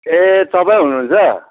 ए तपाईँ हुनुहुन्छ